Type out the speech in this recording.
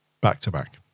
back-to-back